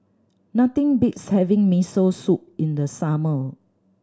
nothing beats having Miso Soup in the summer